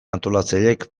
antolatzaileek